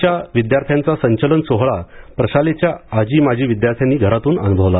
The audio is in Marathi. च्या विद्यार्थ्यांचा संचलन सोहळा प्रशालेच्या आजी माजी विद्यार्थ्यांनी घरातून अनुभवला